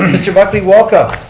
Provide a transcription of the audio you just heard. mr. buckley, welcome.